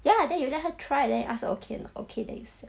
ya then you let her try then ask okay or not okay then you sell